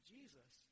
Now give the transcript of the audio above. Jesus